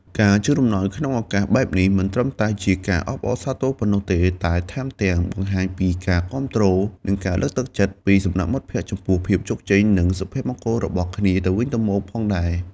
ការជូនអំណោយក្នុងឱកាសបែបនេះ មិនត្រឹមតែជាការអបអរសាទរប៉ុណ្ណោះទេ តែថែមទាំងបង្ហាញពីការគាំទ្រ និងការលើកទឹកចិត្តពីសំណាក់មិត្តភក្តិចំពោះភាពជោគជ័យ និងសុភមង្គលរបស់គ្នាទៅវិញទៅមកផងដែរ។